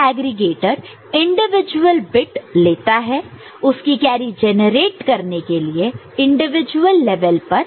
यह aggregator individual bid लेता है उसकी कैरी जेनरेट करने के लिए इंडिविजुअल लेवल पर